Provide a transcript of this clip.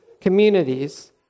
communities